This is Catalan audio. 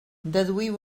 deduïu